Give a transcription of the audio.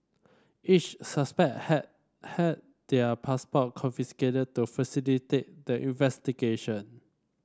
each suspect had had their passport confiscated to facilitate investigation